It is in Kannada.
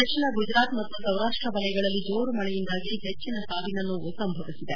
ದಕ್ಷಿಣ ಗುಜರಾತ್ ಮತ್ತು ಸೌರಾಷ್ಷ ವಲಯಗಳಲ್ಲಿ ಜೋರು ಮಳೆಯಿಂದಾಗಿ ಹೆಚ್ಚಿನ ಸಾವಿನ ನೋವು ಸಂಭವಿಸಿದೆ